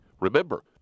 Remember